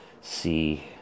see